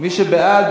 מי שבעד,